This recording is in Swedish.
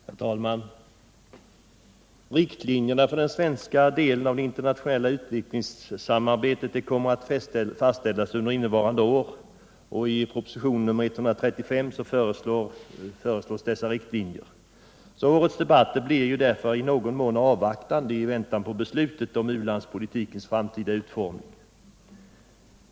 Herr talman! Riktlinjerna för den svenska delen av det internationella utvecklingssamarbetet kommer att fastställas under innevarande år; de förslås i proposition 135. Årets debatt blir därför i någon mån avvaktande, i väntan på beslutet om u-landspolitikens framtida utformning.